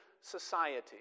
society